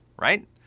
right